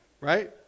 Right